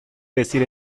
decir